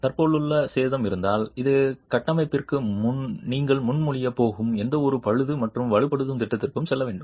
தற்போதுள்ள சேதம் இருந்தால் அது கட்டமைப்பிற்கு நீங்கள் முன்மொழியப் போகும் எந்தவொரு பழுது மற்றும் வலுப்படுத்தும் திட்டத்திற்கும் செல்ல வேண்டும்